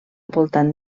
voltant